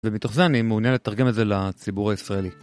ומתוך זה אני מעוניין לתרגם את זה לציבור הישראלי.